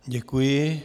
Děkuji.